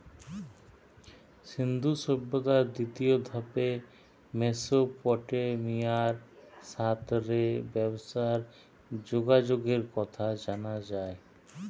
সিন্ধু সভ্যতার দ্বিতীয় ধাপে মেসোপটেমিয়ার সাথ রে ব্যবসার যোগাযোগের কথা জানা যায়